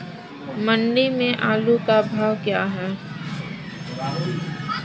मंडी में आलू का भाव क्या है?